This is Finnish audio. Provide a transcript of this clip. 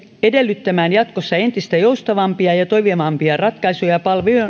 edellyttämään jatkossa entistä joustavampia ja toimivampia ratkaisuja